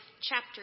chapter